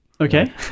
Okay